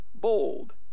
bold